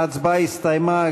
ההצבעה הסתיימה.